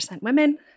women